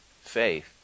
faith